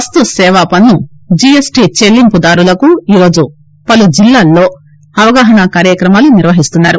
వస్తు సేవా పన్ను జీఎస్టీ చెల్లింపుదారులకు ఈ రోజు పలు జిల్లాలో అవగాహన కార్యక్రమాలు నిర్వహిస్తున్నారు